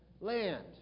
land